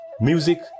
music